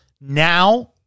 now